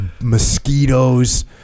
mosquitoes